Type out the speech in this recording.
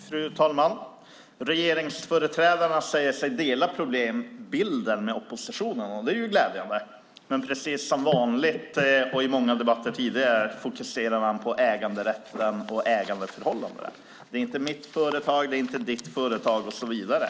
Fru talman! Regeringsföreträdarna säger sig dela oppositionens problembild, vilket är glädjande. Men precis som vanligt och som i många debatter tidigare fokuserar man på äganderätten och ägandeförhållandena - det är inte mitt företag, inte ditt företag och så vidare.